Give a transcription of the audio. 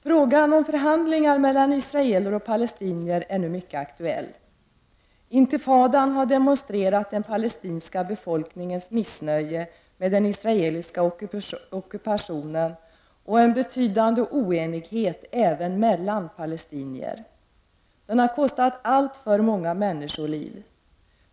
Frågan om förhandlingar mellan israeler och palistinier är nu mycket aktuell. Intifadan har demonstrerat den palestinska befolkningens missnöje med den israeliska ockupationen och en betydande oenighet även mellan palestinier. Den har kostat alltför många människoliv.